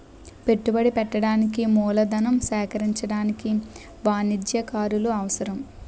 పెట్టుబడి పెట్టడానికి మూలధనం సేకరించడానికి వాణిజ్యకారులు అవసరం